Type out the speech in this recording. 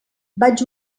vaig